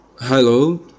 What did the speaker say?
Hello